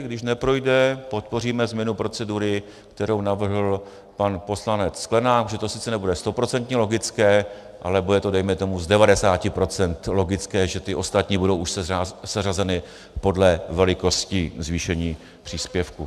Když neprojde, podpoříme změnu procedury, kterou navrhl pan poslanec Sklenák, že to sice nebude stoprocentně logické, ale bude to dejme tomu z devadesáti procent logické, že ty ostatní už budou seřazeny podle velikosti zvýšení příspěvku.